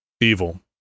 Evil